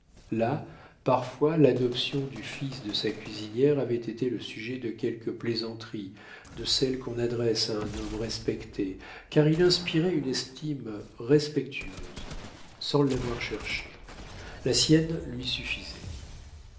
là parfois l'adoption du fils de sa cuisinière avait été le sujet de quelques plaisanteries de celles qu'on adresse à un homme respecté car il inspirait une estime respectueuse sans l'avoir cherchée la sienne lui suffisait